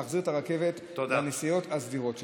להחזיר את הרכבת לנסיעות הסדירות שלה.